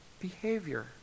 behavior